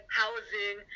housing